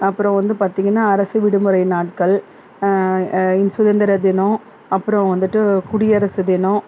அப்புறம் வந்து பார்த்தீங்கன்னா அரசு விடுமுறை நாட்கள் இன் சுதந்திர தினம் அப்புறம் வந்துட்டு குடியரசு தினம்